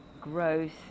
growth